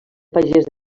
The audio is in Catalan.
pagès